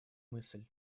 мысль